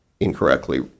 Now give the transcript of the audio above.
incorrectly